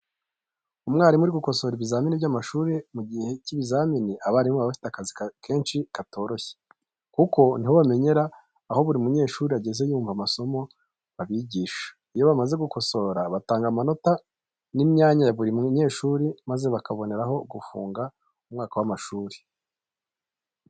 Umwarimu uri gukosora ibizamini by'abanyeshuri. Mu gihe cy'ibizamini abarimu baba bafite akazi kenshi katoroshye kuko ni ho bamenyera aho buri munyeshuri ageze yumva amasomo babigisha, iyo bamaze gukosora batanga amanota n'imyanya ya buri munyeshuri maze bakaboneraho bafunga umwaka w'amashuri.